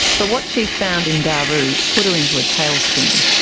but what she found in daru put her into a tailspin.